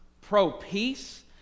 pro-peace